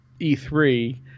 E3